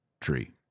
tree